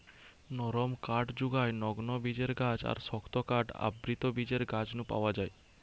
নরম কাঠ জুগায় নগ্নবীজের গাছ আর শক্ত কাঠ আবৃতবীজের গাছ নু পাওয়া যায়